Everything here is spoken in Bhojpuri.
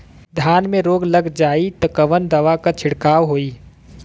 धान में रोग लग जाईत कवन दवा क छिड़काव होई?